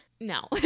No